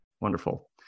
Wonderful